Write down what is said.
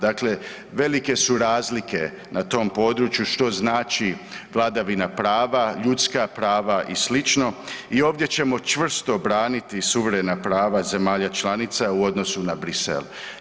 Dakle, velike su razlike na tom području što znači vladavina prava, ljudska prava i slično i ovdje ćemo čvrsto braniti suverena prava zemalja članica u odnosu na Bruxelles.